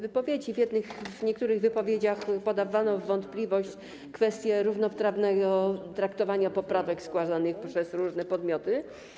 W niektórych wypowiedziach podawano w wątpliwość kwestię równoprawnego traktowania poprawek składanych przez różne podmioty.